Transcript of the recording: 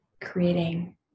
creating